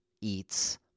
eats